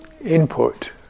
input